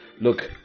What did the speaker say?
look